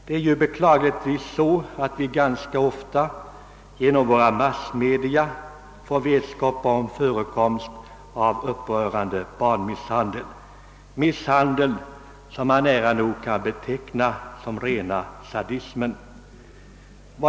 Genom våra massmedier får vi ju ganska ofta vetskap om att upprörande barnmisshandel förekommit — misshandel som nära nog kan betecknas som rena sadismen.